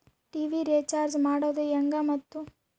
TV recharge ಮಾಡೋದು ಹೆಂಗ ಮತ್ತು?